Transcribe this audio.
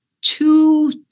two